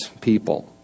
people